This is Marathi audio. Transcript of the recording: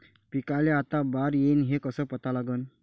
पिकाले आता बार येईन हे कसं पता लागन?